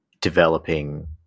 developing